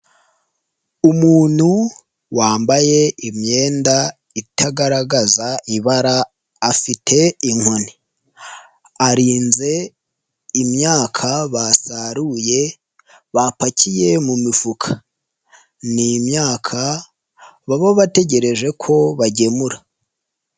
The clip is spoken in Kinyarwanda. Umuntu wambaye imyenda itagaragaza ibara afite inkoni, arinze imyaka basaruye bapakiye mu mifuka. Ni imyaka baba bategereje ko bagemura.